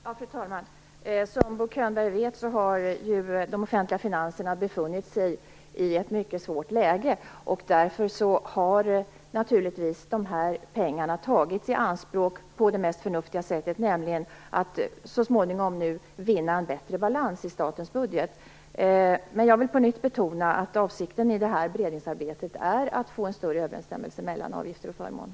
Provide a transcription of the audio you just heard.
Fru talman! Som Bo Könberg vet har ju de offentliga finanserna befunnit sig i ett mycket svårt läge. Därför har naturligtvis de här pengarna tagits i anspråk på det mest förnuftiga sättet, nämligen för att så småningom vinna en bättre balans i statens budget. Jag vill på nytt betona att avsikten i det här beredningsarbetet är att få en större överensstämmelse mellan avgifter och förmåner.